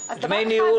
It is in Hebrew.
דמי ניהול